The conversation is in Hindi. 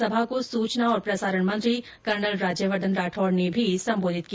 सभा को सूचना और प्रसारण मंत्री कर्नल राज्यवर्द्वन राठौड़ ने भी सम्बोधित किया